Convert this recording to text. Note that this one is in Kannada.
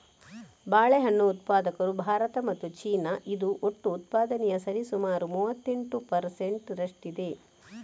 ಬಾಳೆಹಣ್ಣು ಉತ್ಪಾದಕರು ಭಾರತ ಮತ್ತು ಚೀನಾ, ಇದು ಒಟ್ಟು ಉತ್ಪಾದನೆಯ ಸರಿಸುಮಾರು ಮೂವತ್ತೆಂಟು ಪರ್ ಸೆಂಟ್ ರಷ್ಟಿದೆ